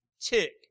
tick